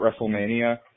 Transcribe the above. WrestleMania